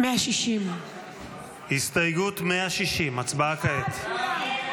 160. הסתייגות 160, הצבעה כעת.